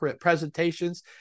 presentations